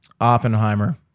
Oppenheimer